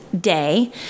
day